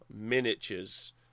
miniatures